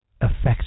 affects